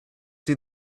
see